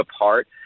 apart